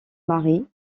mari